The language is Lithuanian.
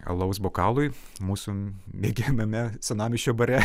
alaus bokalui mūsų mėgiamame senamiesčio bare